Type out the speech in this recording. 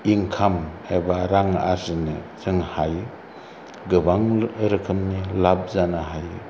इन्खाम एबा रां आरजिनो जों हायो गोबां रोखोमनि लाब जानो हायो